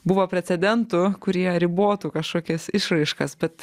buvo precedentų kurie ribotų kažkokias išraiškas bet